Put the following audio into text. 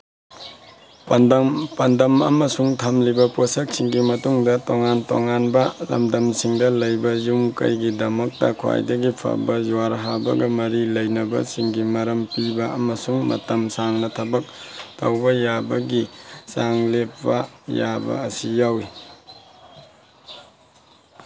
ꯄꯥꯟꯗꯝ ꯄꯥꯟꯗꯝ ꯑꯃꯁꯨꯡ ꯊꯝꯂꯤꯕ ꯄꯣꯠꯁꯛꯁꯤꯡꯒꯤ ꯃꯇꯨꯡꯗ ꯇꯣꯉꯥꯟ ꯇꯣꯉꯥꯟꯕ ꯂꯝꯗꯝꯁꯤꯡꯗ ꯂꯩꯕ ꯌꯨꯝꯀꯩꯒꯤꯗꯃꯛꯇ ꯈ꯭ꯋꯥꯏꯗꯒꯤ ꯐꯕ ꯌꯨꯍꯥꯔ ꯍꯥꯕꯒ ꯃꯔꯤ ꯂꯩꯅꯕꯁꯤꯡꯒꯤ ꯃꯔꯝ ꯄꯤꯕ ꯑꯃꯁꯨꯡ ꯃꯇꯝ ꯁꯥꯡꯅ ꯊꯕꯛ ꯇꯧꯕ ꯌꯥꯕꯒꯤ ꯆꯥꯡ ꯂꯦꯞꯄ ꯌꯥꯕ ꯑꯁꯤ ꯌꯥꯎꯏ